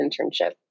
internship